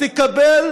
תקבל